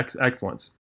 excellence